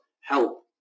help